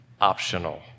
optional